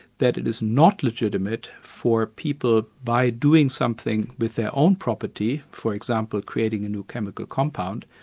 that it is not legitimate for people by doing something with their own property, for example creating a new chemical compound,